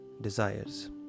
desires